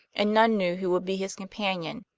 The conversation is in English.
and none knew who would be his companion